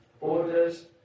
orders